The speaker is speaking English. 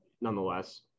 nonetheless